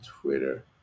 Twitter